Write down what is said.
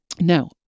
Now